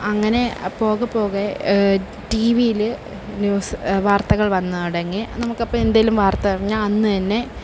അങ്ങനെ പോകപ്പോകെ ടീവിയിൽ ന്യൂസ് വാർത്തകൾ വന്നു തുടങ്ങി നമുക്ക് അപ്പം എന്തെങ്കിലും വാർത്ത അറിഞ്ഞാൽ അന്നു തന്നെ